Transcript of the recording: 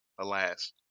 alas